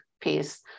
piece